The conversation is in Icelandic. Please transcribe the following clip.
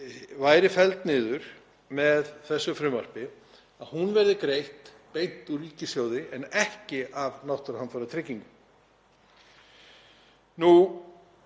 væri felld niður með þessu frumvarpi verði greidd beint úr ríkissjóði en ekki af Náttúruhamfaratryggingu.